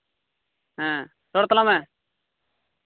ᱦᱮᱸ ᱨᱚᱲ ᱛᱟᱞᱟᱝ ᱢᱮ